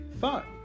Thought